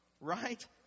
Right